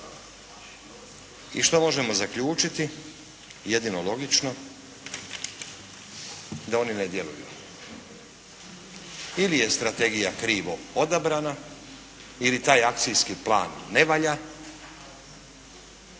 i što možemo zaključiti jedino logično, da oni ne djeluju. Ili je strategija krivo odabrana ili taj akcijski plan ne valja,